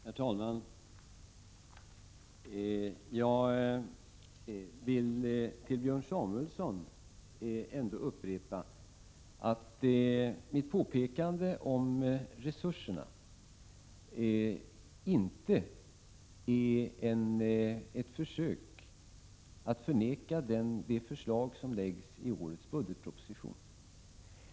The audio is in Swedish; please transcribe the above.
Herr talman! Jag vill upprepa för Björn Samuelson att mitt påpekande om resurserna inte är ett försök att förneka det förslag som läggs fram i årets budgetproposition.